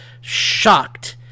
shocked